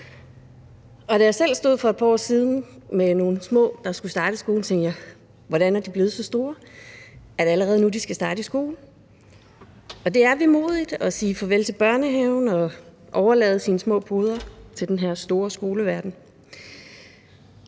da jeg selv stod for et par år siden med nogle små, der skulle starte i skole, tænkte jeg: Hvordan er de blevet så store? Er det allerede nu, de skal starte i skole? For det er vemodigt at sige farvel til børnehaven og overlade sine små poder til den her store skoleverden.